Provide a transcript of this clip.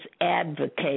advocate